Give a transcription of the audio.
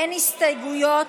אין הסתייגויות.